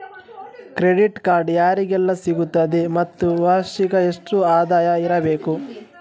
Credit card ಯಾರಿಗೆಲ್ಲ ಸಿಗುತ್ತದೆ ಮತ್ತು ವಾರ್ಷಿಕ ಎಷ್ಟು ಆದಾಯ ಇರಬೇಕು?